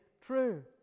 true